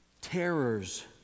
terrors